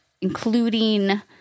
including